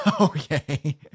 Okay